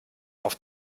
auf